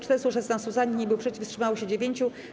416 - za, nikt nie był przeciw, wstrzymało się 9.